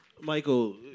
Michael